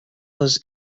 was